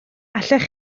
allech